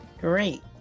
great